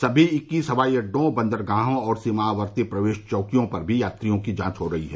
सभी इक्कीस हवाई अड्डों बन्दरगाहों और सीमावर्ती प्रवेश चौकियों पर भी यात्रियों की जांच हो रही है